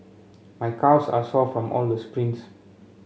my calves are sore from all the sprints